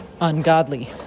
ungodly